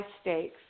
stakes